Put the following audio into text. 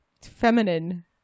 feminine